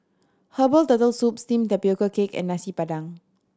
herbal Turtle Soup steamed tapioca cake and Nasi Padang